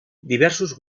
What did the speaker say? diversos